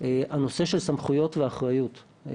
הנושא של סמכויות ואחריות.